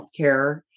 healthcare